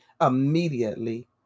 Immediately